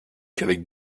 qu’avec